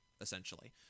Essentially